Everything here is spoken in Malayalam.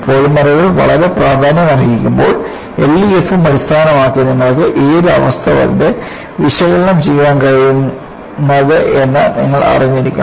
പോളിമറുകൾ വളരെ പ്രാധാന്യമർഹിക്കുമ്പോൾ LEFM അടിസ്ഥാനമാക്കി നിങ്ങൾക്ക് ഏത് അവസ്ഥ വരെ വിശകലനം ചെയ്യാൻ കഴിയുന്നത് എന്ന് നിങ്ങൾ അറിഞ്ഞിരിക്കണം